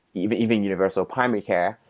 even even universal primary care.